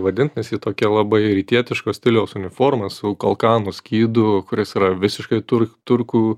vadint nes ji tokia labai rytietiško stiliaus uniforma su kalkano skydu kuris yra visiškai tur turkų